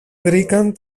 βρήκαν